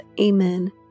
Amen